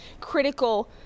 critical